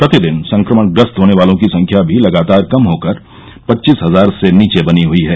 प्रति दिन संक्रमण ग्रस्त होने वालों की संख्या भी लगातार कम होकर पच्चीस हजार से नीचे बनी हुई है